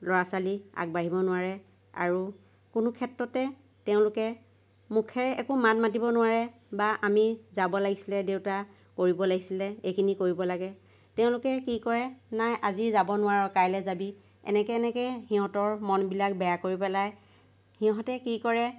ল'ৰা ছোৱালী আগবাঢ়িব নোৱাৰে আৰু কোনো ক্ষেত্ৰতে তেওঁলোকে মুখেৰে একো মাত মাতিব নোৱাৰে বা আমি যাব লাগিছিলে দেউতা কৰিব লাগিছিলে এইখিনি কৰিব লাগে তেওঁলোকে কি কৰে নাই আজি যাব নোৱাৰ কাইলে যাবি এনেকৈ এনেকৈ সিহঁতৰ মনবিলাক বেয়া কৰি পেলায় সিহঁতে কি কৰে